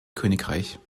königreich